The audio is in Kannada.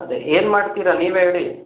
ಅದೆ ಏನು ಮಾಡ್ತೀರಾ ನೀವೇ ಹೇಳಿ